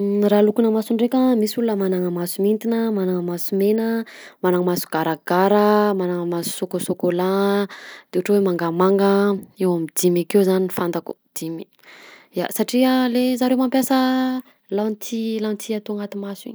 Raha lokona maso ndreka misy olo manana maso mintina, manana maso mena, mana maso garagara, manana maso chocochocolat a, de ohatra hoe mangamanga eo amin'ny dimy akeo zany fantako dimy ya satria le zareo mampiasa lentille lentille atao agnaty maso iny.